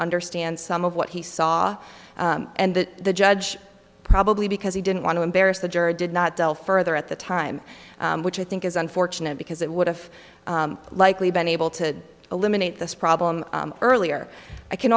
understand some of what he saw and that the judge probably because he didn't want to embarrass the juror did not tell further at the time which i think is unfortunate because it would have likely been able to eliminate this problem earlier i can